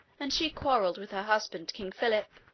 and she quarreled with her husband, king philip